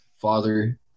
father